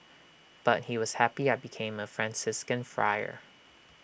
but he was happy I became A Franciscan Friar